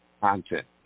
content